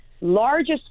largest